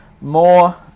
more